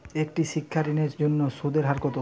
একটি শিক্ষা ঋণের জন্য সুদের হার কত?